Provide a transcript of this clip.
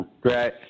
Great